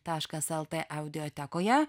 taškas el t audiotekoje